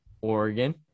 Oregon